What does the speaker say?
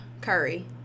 curry